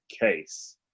case